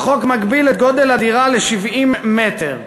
החוק מגביל את גודל הדירה ל-70 מ"ר.